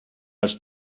els